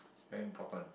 very important